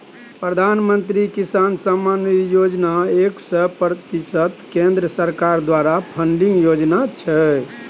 प्रधानमंत्री किसान सम्मान निधि योजना एक सय प्रतिशत केंद्र सरकार द्वारा फंडिंग योजना छै